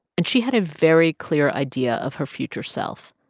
and she had a very clear idea of her future self.